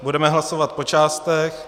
Budeme hlasovat po částech.